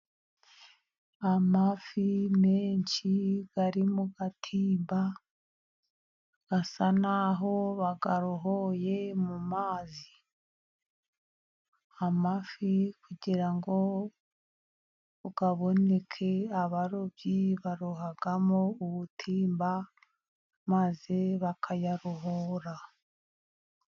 Amafi menshi ari mu gatimba, asa n'aho bayarohoye mu mazi. Amafi kugira ngo aboneke, abarobyi barohamo ubutimba, maze bakayarohora.